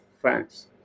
France